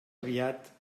aviat